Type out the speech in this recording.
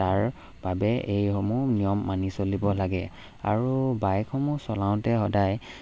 তাৰ বাবে এইসমূহ নিয়ম মানি চলিব লাগে আৰু বাইকসমূহ চলাওঁতে সদায়